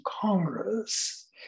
Congress